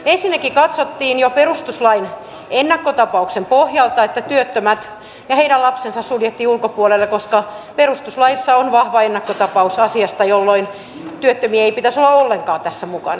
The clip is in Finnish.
ensinnäkin katsottiin jo perustuslain ennakkotapauksen pohjalta että työttömät ja heidät lapsensa suljettiin ulkopuolelle koska perustuslaissa on vahva ennakkotapaus asiasta jolloin työttömien ei pitäisi olla ollenkaan tässä mukana